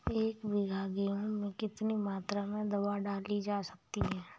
एक बीघा गेहूँ में कितनी मात्रा में दवा डाली जा सकती है?